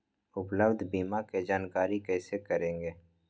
उपलब्ध बीमा के जानकारी कैसे करेगे?